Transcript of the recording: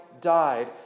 died